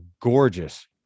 gorgeous